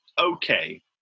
okay